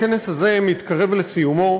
הכנס הזה מתקרב לסיומו,